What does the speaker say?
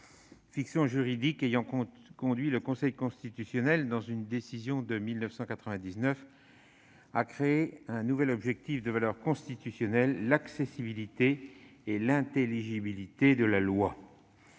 fiction juridique a conduit le Conseil constitutionnel, dans une décision de 1999, à créer un nouvel objectif de valeur constitutionnelle : l'accessibilité et l'intelligibilité de la loi.